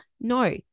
No